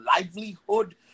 livelihood